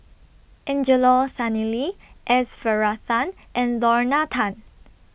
Angelo Sanelli S Varathan and Lorna Tan